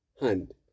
hand